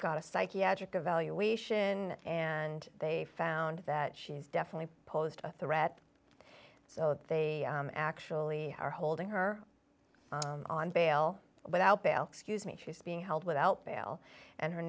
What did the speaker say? got a psychiatric evaluation and they found that she's definitely posed a threat so they actually are holding her on bail without bail excuse me she's being held without bail and her